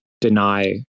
deny